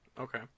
Okay